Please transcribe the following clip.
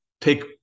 take